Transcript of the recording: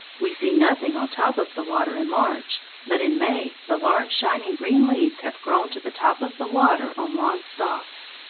we see nothing on top of the water in march. but in may the large shining green leaves have grown to the top of the water on long stalks.